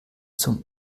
zum